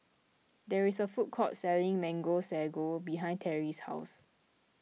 there is a food court selling Mango Sago behind Terry's house